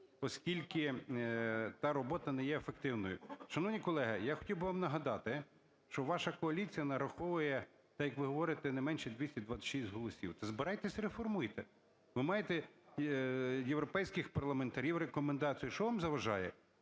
оскільки та робота не є ефективною. Шановні колеги, я хотів би вам нагадати, що ваша коаліція нараховує, як ви говорите, не менше 226 голосів. Так збирайтеся і реформуйте. Ви маєте європейських парламентарів рекомендації. Що вам заважає?